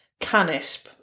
canisp